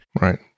Right